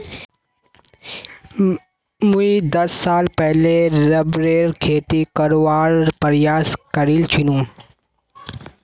मुई दस साल पहले रबरेर खेती करवार प्रयास करील छिनु